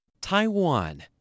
Taiwan